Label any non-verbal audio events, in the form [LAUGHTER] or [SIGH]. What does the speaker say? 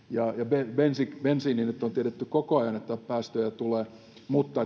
bensiinistä bensiinistä nyt on tiedetty koko ajan että päästöjä tulee mutta [UNINTELLIGIBLE]